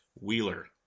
Wheeler